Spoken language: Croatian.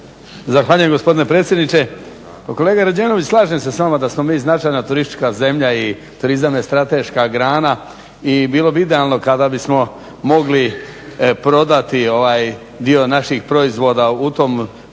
Zahvaljujem gospodine predsjedniče. Kolega Rađenović, slažem se s vama da smo mi značajna turistička zemlja i turizam je strateška grana i bilo bi idealno kada bismo mogli prodati ovaj dio naših proizvoda u tom turizmu